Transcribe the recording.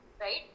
right